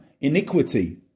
iniquity